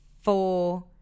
four